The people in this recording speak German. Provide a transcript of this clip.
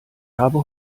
habe